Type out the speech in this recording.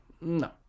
No